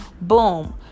Boom